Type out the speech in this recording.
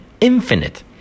infinite